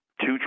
Two